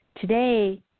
Today